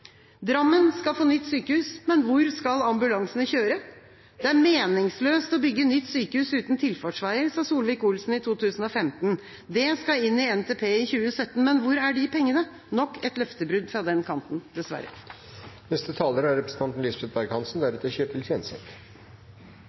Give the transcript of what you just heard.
Drammen skal få nytt sykehus, men hvor skal ambulansene kjøre? Det er meningsløst å bygge nytt sykehus uten tilfartsveier, sa Solvik-Olsen i 2015, det skal inn i NTP i 2017. Men hvor er de pengene? Nok et løftebrudd fra den kanten,